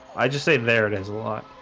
i just say there it is a lot.